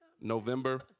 November